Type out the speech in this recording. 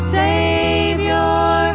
savior